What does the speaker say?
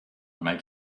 make